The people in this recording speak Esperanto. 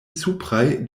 supraj